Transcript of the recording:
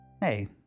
Hey